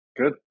Good